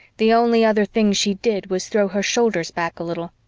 the only other thing she did was throw her shoulders back a little.